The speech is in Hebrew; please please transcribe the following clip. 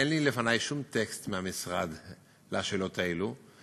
אין לי לפני שום טקסט מהמשרד לשאלות האלה.